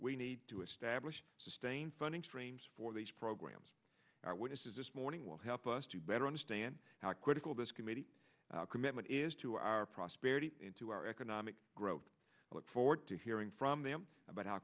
we need to establish sustained funding streams for these programs are witnesses this morning will help us to better understand how critical this committee commitment is to our prosperity to our economic growth i look forward to hearing from them about how